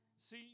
See